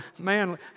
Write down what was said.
man